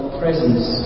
presence